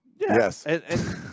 Yes